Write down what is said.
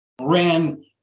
ran